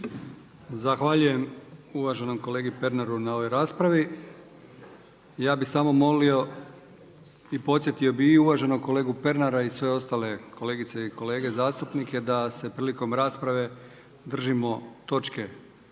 Zahvaljujem uvaženom kolegi Pernaru na ovoj raspravi. Ja bi samo molio i podsjetio bi i uvaženog kolegu Pernara i sve ostale kolegice i kolege zastupnike da se prilikom rasprave držimo točke rasprave,